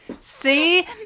See